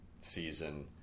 season